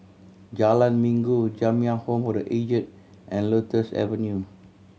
Jalan Minggu Jamiyah Home for The Aged and Lotus Avenue